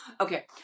Okay